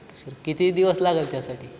sir किती दिवस लागंल त्यासाठी